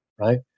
right